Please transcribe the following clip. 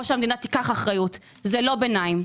או שהמדינה תיקח אחריות אבל לא יכול להיות ביניים.